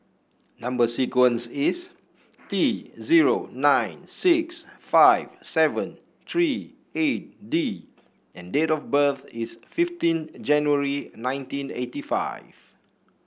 number sequence is T zero nine six five seven three eight D and date of birth is fifteen January nineteen eighty five